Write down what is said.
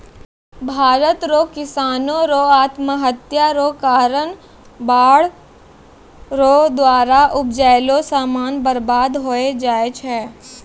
भारत रो किसानो रो आत्महत्या रो कारण बाढ़ रो द्वारा उपजैलो समान बर्बाद होय जाय छै